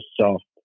soft